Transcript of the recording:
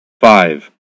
Five